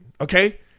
okay